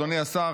אדוני השר,